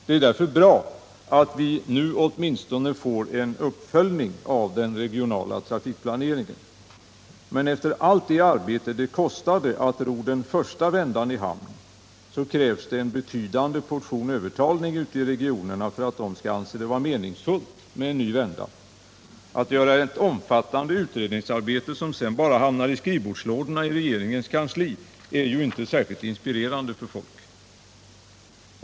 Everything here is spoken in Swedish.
Det är därför bra att vi nu åtminstone får en uppföljning av den regionala trafikplaneringen. Men efter allt det arbete det kostade att ro den första vändan i hamn krävs det en betydande portion övertalning ute i regionerna för att de skall anse det vara meningsfullt med en ny vända. Att göra ett omfattande utredningsarbete som sedan bara hamnar i skrivbordslådorna i regeringens kansli är ju inte särskilt inspirerande.